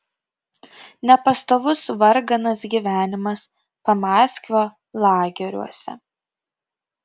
nepastovus varganas gyvenimas pamaskvio lageriuose